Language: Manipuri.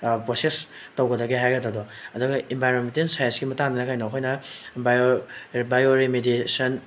ꯄ꯭ꯔꯣꯁꯦꯁ ꯇꯧꯒꯗꯒꯦ ꯍꯥꯏꯒꯗꯕꯗꯣ ꯑꯗꯨꯒ ꯏꯟꯚꯥꯏꯔꯣꯟꯃꯦꯟꯇꯦꯜ ꯁꯥꯏꯟꯁꯀꯤ ꯃꯇꯥꯡꯗꯅ ꯀꯩꯅꯣ ꯑꯩꯈꯣꯏꯅ ꯕꯥꯏꯑꯣ ꯔꯦꯃꯤꯗꯤꯁꯟ